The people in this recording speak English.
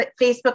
Facebook